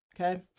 Okay